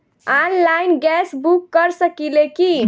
Online gas book कर सकिले की?